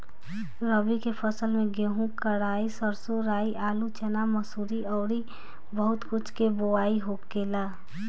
रबी के फसल में गेंहू, कराई, सरसों, राई, आलू, चना, मसूरी अउरी बहुत कुछ के बोआई होखेला